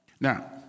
Now